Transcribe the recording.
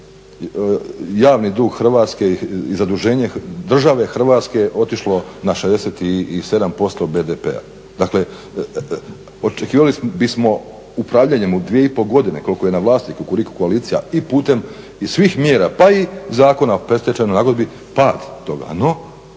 javni dug Hrvatske i zaduženje države Hrvatske otišlo na 67% BDP-a. Dakle, očekivali bi smo upravljanjem u 2,5 godine koliko je na vlasti Kukuriku koalicija i putem svih mjera pa i Zakon o predstečajnoj nagodbi, pad toga